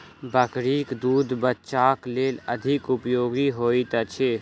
बकरीक दूध बच्चाक लेल अधिक उपयोगी होइत अछि